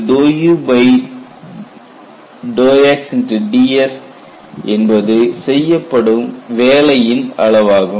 Ti uxds என்பது செய்யப்படும் வேலையில் அளவாகும்